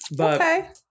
Okay